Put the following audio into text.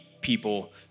people